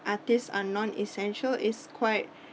artists are non essential is quite